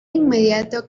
inmediato